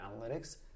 analytics